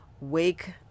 wake